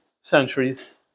centuries